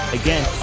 again